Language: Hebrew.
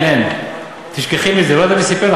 שילינג, שילינג לא הוספתם.